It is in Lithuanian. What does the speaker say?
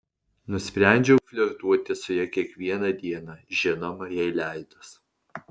nusprendžiau flirtuoti su ja kiekvieną dieną žinoma jai leidus